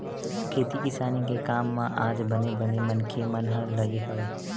खेती किसानी के काम म आज बने बने मनखे मन ह लगे हवय